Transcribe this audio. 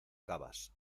acabas